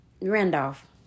Randolph